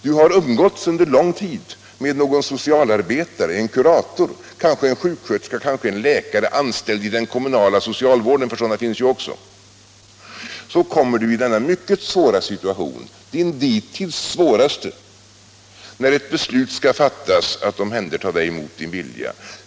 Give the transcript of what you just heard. Du har umgåtts under en lång tid med någon socialarbetare, t.ex. en kurator eller kanske en sjuksköterska eller en läkare, anställd vid den kommunala socialvården — sådana finns ju också — och så kommer du i den mycket svåra situationen, din dittills svåraste, att ett beslut skall fattas om att omhänderta dig mot din vilja.